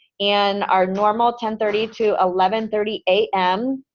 and our normal ten thirty to eleven thirty a m.